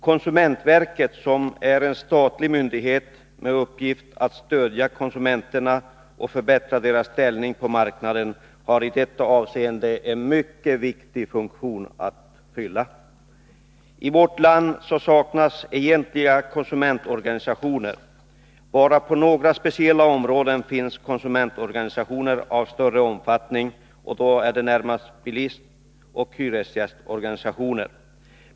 Konsumentverket, som är en statlig myndighet med uppgift att stödja konsumenterna och förbättra deras ställning på marknaden, har i detta avseende en viktig funktion. I vårt land saknas egentliga konsumentorganisationer. Bara på några speciella områden finns konsumentorganisationer av större omfattning, närmast bilistoch hyresgästorganisationer.